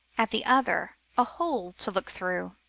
at the other, a hole to look through.